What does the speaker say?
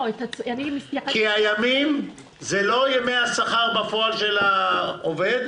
כי הימים הם לא ימי השכר בפועל של העובד,